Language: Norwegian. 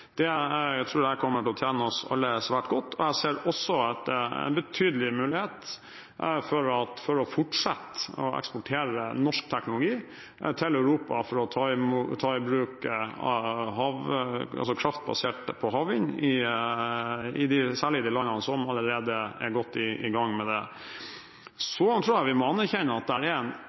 Det tror jeg kommer til å tjene oss alle svært godt, og jeg ser også at en betydelig mulighet for å fortsette å eksportere norsk teknologi til Europa for å ta i bruk kraft basert på havvind, særlig i de landene som allerede er godt i gang med det.